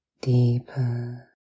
deeper